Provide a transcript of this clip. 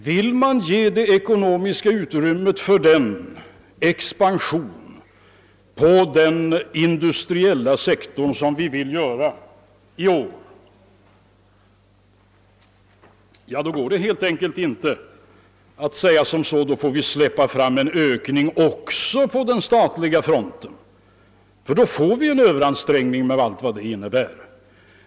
Vill man bereda ekonomiskt utrymme för den expansion som vi vill göra i år på den industriella sektorn, går det helt enkelt inte att släppa fram en ökning även på den statliga fronten. Då blir resultatet en överansträngning med allt vad det innebär.